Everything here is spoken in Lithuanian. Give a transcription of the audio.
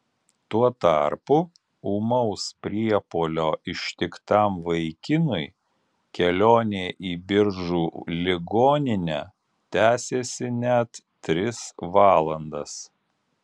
tuo tarpu ūmaus priepuolio ištiktam vaikinui kelionė į biržų ligoninę tęsėsi net tris valandas